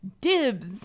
Dibs